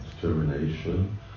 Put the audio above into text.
determination